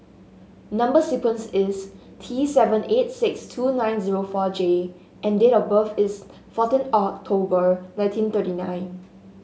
number sequence is T seven eight six two nine zero four J and date of birth is fourteen October nineteen thirty nine